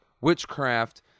witchcraft